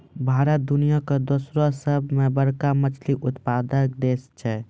भारत दुनिया के तेसरो सभ से बड़का मछली उत्पादक देश छै